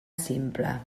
simple